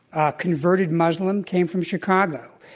a converted muslim, came from chicago.